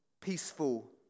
peaceful